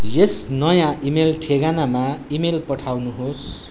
यस नयाँ इमेल ठेगानामा इमेल पठाउनुहोस्